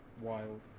Wild